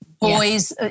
boys